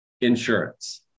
insurance